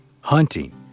hunting